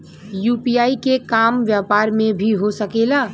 UPI के काम व्यापार में भी हो सके ला?